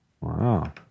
Wow